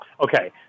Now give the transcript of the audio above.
okay